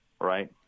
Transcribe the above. right